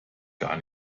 gar